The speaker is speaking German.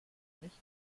mich